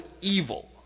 evil